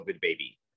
baby